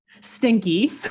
Stinky